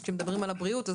כשמדברים על הבריאות.